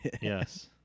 Yes